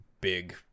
big